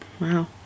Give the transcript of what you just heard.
Wow